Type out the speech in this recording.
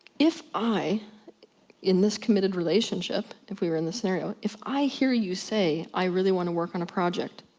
if i in this committed relationship, if we were in this scenario, if i hear you say, i really wanna work on a project,